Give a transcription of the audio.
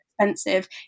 expensive